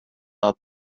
out